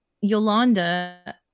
Yolanda